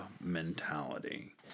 mentality